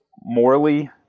morally